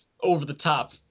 over-the-top